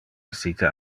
essite